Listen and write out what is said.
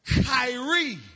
Kyrie